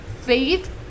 Faith